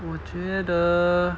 我觉得